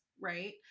right